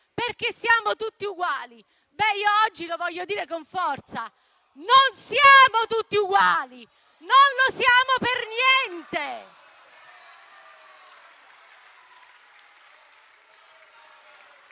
perché siamo tutti uguali. Io, invece, oggi lo voglio dire con forza: non siamo tutti uguali! Non lo siamo per niente!